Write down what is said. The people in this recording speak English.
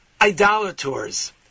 idolators